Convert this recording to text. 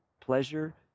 pleasure